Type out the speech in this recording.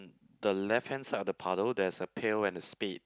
the left hand side of the puddle there's a pail and a spade